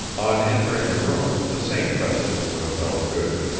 on entering a room the same precedence would have held good.